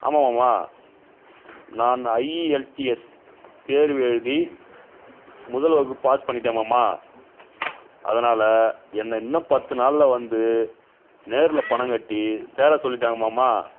ஆமாம் மாமா நான் ஐஇஎல்டிஎஸ் தேர்வு எழுதி முதல் வகுப்பு பாஸ் பண்ணிவிட்டேன் மாமா அதனால் என்னை இன்னும் பத்து நாளில் வந்து நேரில் பணம் கட்டி சேர சொல்லிவிட்டாங்க மாமா